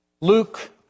Luke